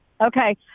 Okay